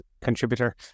contributor